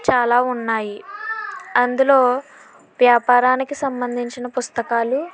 చాలా ఉన్నాయి అందులో వ్యాపారానికి సంబంధించిన పుస్తకాలు